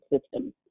system